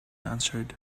answered